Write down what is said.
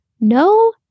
no